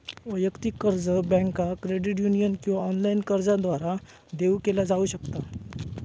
वैयक्तिक कर्ज बँका, क्रेडिट युनियन किंवा ऑनलाइन कर्जदारांद्वारा देऊ केला जाऊ शकता